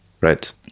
Right